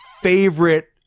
favorite